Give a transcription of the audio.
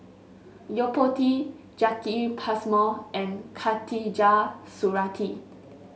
Yo Po Tee Jacki Passmore and Khatijah Surattee